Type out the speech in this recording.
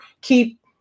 keep